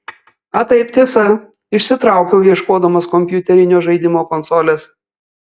a taip tiesa išsitraukiau ieškodamas kompiuterinio žaidimo konsolės